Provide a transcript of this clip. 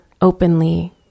openly